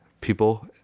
people